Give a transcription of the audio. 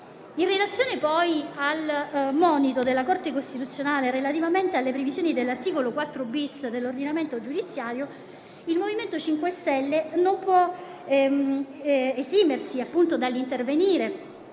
In relazione poi al monito della Corte costituzionale relativamente alle previsioni dell'articolo 4-*bis* dell'ordinamento giudiziario, il MoVimento 5 Stelle non può esimersi dall'intervenire,